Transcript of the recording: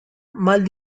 mal